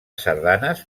sardanes